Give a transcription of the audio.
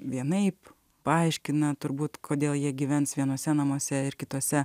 vienaip paaiškina turbūt kodėl jie gyvens vienuose namuose ir kituose